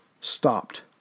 stopped